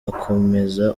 akomeza